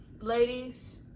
ladies